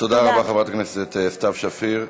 תודה רבה לחברת הכנסת סתיו שפיר.